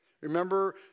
Remember